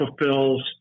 fulfills